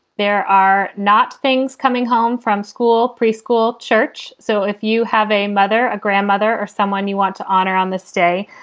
there are not things coming home from school. preschool, church. so if you have a mother, a grandmother or someone you want to honor on this day.